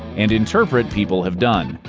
and interpret, people have done.